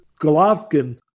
Golovkin